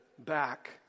Back